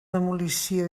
demolició